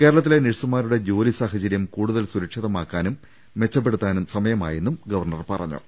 കേരളത്തിലെ നഴ്സുമാരുടെ ജോലിസാഹചര്യം കൂടുതൽ സുരക്ഷിതമാക്കാനും മെച്ചപ്പെ ടുത്താനും സമയമായെന്നും ഗവർണർ പറഞ്ഞു